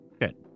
good